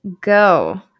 go